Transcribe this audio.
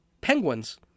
penguins